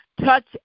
touch